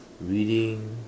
reading